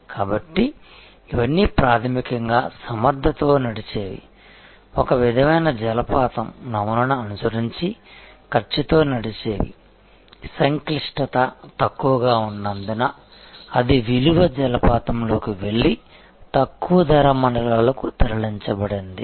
కాబట్టి ఇవన్నీ ప్రాథమికంగా సమర్థతతో నడిచేవి ఒక విధమైన జలపాతం నమూనాను అనుసరించి ఖర్చుతో నడిచేవి సంక్లిష్టత తక్కువగా ఉన్నందున అది విలువ జలపాతంలోకి వెళ్లి తక్కువ ధర మండలాలకు తరలించబడింది